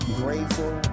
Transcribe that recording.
grateful